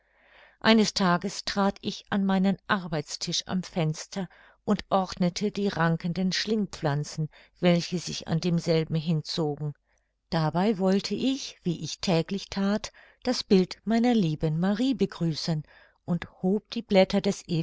eines tages trat ich an meinen arbeitstisch am fenster und ordnete die rankenden schlingpflanzen welche sich an demselben hinzogen dabei wollte ich wie ich täglich that das bild meiner lieben marie begrüßen und hob die blätter des